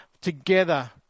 together